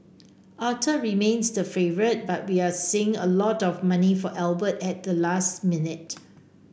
Arthur remains the favourite but we're seeing a lot of money for Albert at the last minute